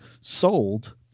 sold